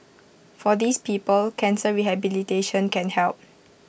for these people cancer rehabilitation can help